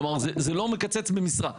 כלומר, זה לא מקצץ במשרה.